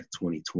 2020